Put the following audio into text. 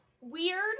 weird